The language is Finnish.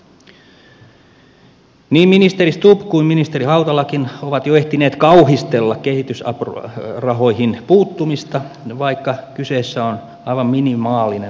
niin ministeri stubb kuin ministeri hautalakin ovat jo ehtineet kauhistella kehitysapurahoihin puuttumista vaikka kyseessä on aivan minimaalinen leikkaus